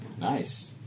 Nice